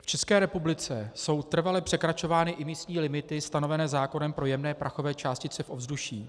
V České republice jsou trvale překračovány imisní limity stanovené zákonem pro jemné prachové částice v ovzduší.